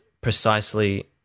precisely